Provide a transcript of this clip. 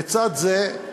לצד זה,